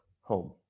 home